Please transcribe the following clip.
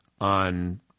on